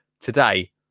Today